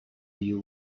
you